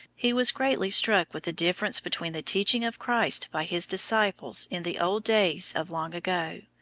he was greatly struck with the difference between the teaching of christ by his disciples in the old days of long ago,